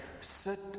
sit